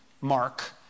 mark